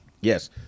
yes